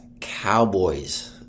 Cowboys